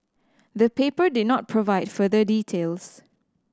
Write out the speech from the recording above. the paper did not provide further details